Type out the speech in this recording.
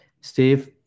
Steve